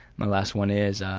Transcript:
my last one is,